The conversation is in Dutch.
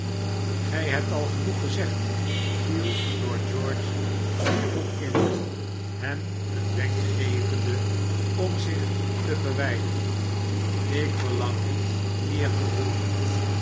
gij hebt al genoeg gezegd viel lord george hierop in hem een wenk gevende om zich te verwijderen ikverlangniet meer te hooren